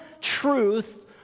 truth